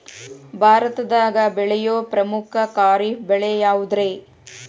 ಭಾರತದಾಗ ಬೆಳೆಯೋ ಪ್ರಮುಖ ಖಾರಿಫ್ ಬೆಳೆ ಯಾವುದ್ರೇ?